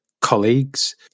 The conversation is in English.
colleagues